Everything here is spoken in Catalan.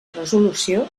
resolució